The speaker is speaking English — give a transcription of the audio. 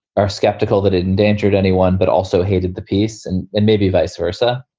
are skeptical that it endangered anyone but also hated the peace and and maybe vice versa.